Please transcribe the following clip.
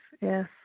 Yes